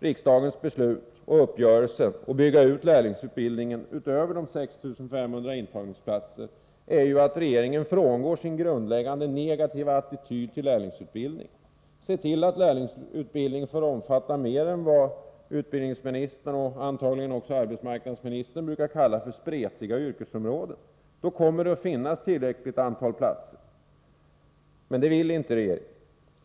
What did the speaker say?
riksdagens beslut och uppgörelser och bygga ut lärlingsutbildningen utöver 6500 intagningsplatser är att regeringen frångår sin grundläggande negativa attityd till lärlingsutbildning. Se till att lärlingsutbildningen får omfatta mer än vad utbildningsministern och antagligen arbetsmarknadsministern brukar kalla för ”spretiga yrkesområden”! Då kommer det att finnas tillräckligt antal platser. Men det vill inte regeringen.